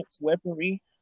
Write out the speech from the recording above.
weaponry